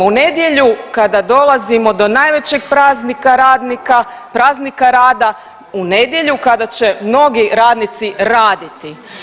U nedjelju kada dolazimo do najvećeg praznika radnika, Praznika rada, u nedjelju kada će mnogi radnici raditi.